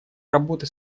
работы